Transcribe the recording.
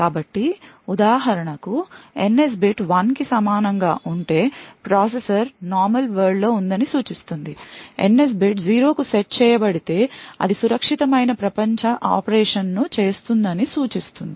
కాబట్టి ఉదాహరణకు NS bit 1 కి సమానంగా ఉంటే ప్రాసెసర్ నార్మల్ వరల్డ్ లో ఉందని సూచిస్తుంది NS బిట్ 0 కు సెట్ చేయబడితే అది సురక్షితమైన ప్రపంచ ఆపరేషన్ను సూచిస్తుంది